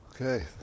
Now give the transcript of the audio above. Okay